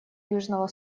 южного